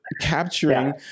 capturing